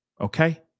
Okay